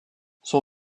son